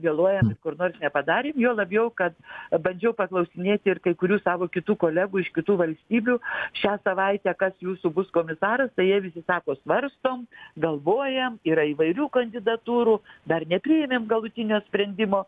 vėluojam kur nors nepadarėm juo labiau kad bandžiau paklausinėti ir kai kurių savo kitų kolegų iš kitų valstybių šią savaitę kas jūsų bus komisaras tai jie visi sako svarstom galvojam yra įvairių kandidatūrų dar nepriėmėm galutinio sprendimo